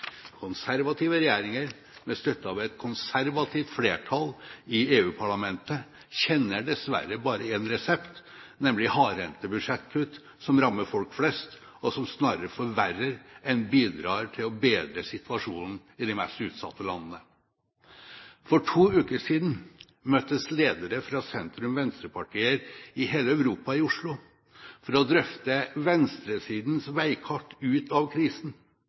Konservative regjeringer med støtte av et konservativt flertall i EU-parlamentet kjenner dessverre bare én resept, nemlig hardhendte budsjettkutt som rammer folk flest, og som snarere forverrer enn bidrar til å bedre situasjonen i de mest utsatte landene. For to uker siden møttes ledere fra sentrum-/venstrepartier i hele Europa i Oslo for å drøfte venstresidens veikart ut av krisen.